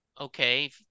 okay